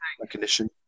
recognition